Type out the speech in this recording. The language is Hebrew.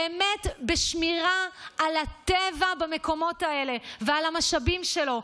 ובשמירה על הטבע במקומות האלה ועל המשאבים שלו.